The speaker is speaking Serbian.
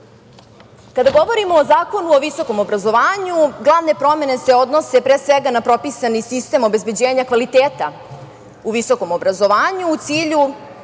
govorimo o Zakonu o visokom obrazovanju, glavne promene se odnose pre svega na propisani sistem obezbeđenja kvaliteta u visokom obrazovanju u cilju